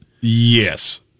Yes